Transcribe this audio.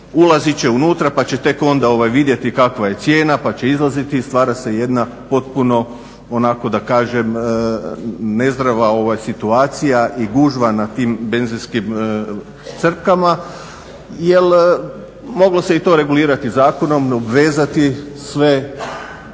ulaziti će unutra pa će tek onda vidjeti kakva je cijena, pa će izlaziti i stvara se jedna potpuno onako da kažem nezdrava situacija i gužva na tim benzinskim crpkama. Jer moglo se i to regulirati zakonom, obvezati sve